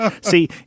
See